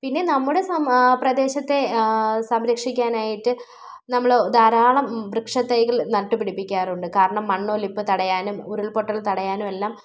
പിന്നെ നമ്മുടെ സമൂ പ്രദേശത്തെ സംരക്ഷിക്കാനായിട്ട് നമ്മൾ ധാരാളം വൃക്ഷ തൈകൾ നട്ടു പിടിപ്പിക്കാറുണ്ട് കാരണം മണ്ണൊലിപ്പ് തടയാനും ഉരുള്പ്പൊട്ടല് തടയാനും എല്ലാം